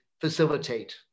facilitate